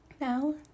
Now